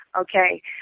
Okay